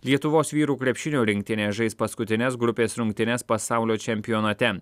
lietuvos vyrų krepšinio rinktinė žais paskutines grupės rungtynes pasaulio čempionate